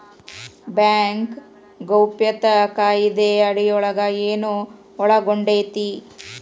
Bank ಗೌಪ್ಯತಾ ಕಾಯಿದೆ ಅಡಿಯೊಳಗ ಏನು ಒಳಗೊಂಡೇತಿ?